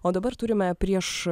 o dabar turime prieš